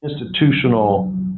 institutional